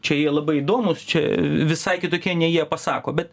čia jie labai įdomūs čia visai kitokie nei jie pasako bet